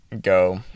go